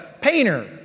painter